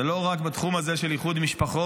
זה לא רק בתחום הזה של איחוד משפחות.